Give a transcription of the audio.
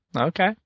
Okay